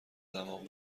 دماغ